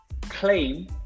claim